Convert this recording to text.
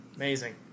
amazing